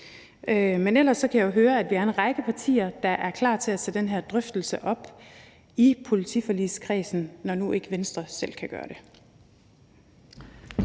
men ellers kan jeg jo høre, at vi er en række partier, der er klar til at tage den her drøftelse op i politiforligskredsen, når nu Venstre ikke selv kan gøre det.